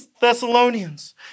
Thessalonians